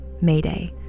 Mayday